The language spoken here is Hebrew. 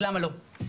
אז למה לא?